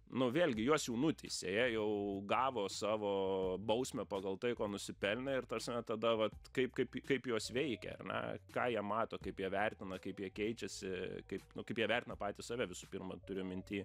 nu vėlgi juos jau nuteisė jie jau gavo savo bausmę pagal tai ko nusipelnė ir ta prasme tada vat kaip kaip kaip jos veikia ar ne ką jie mato kaip jie vertina kaip jie keičiasi kaip nu kaip jie vertina patys save visų pirma turiu minty